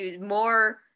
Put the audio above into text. more